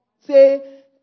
say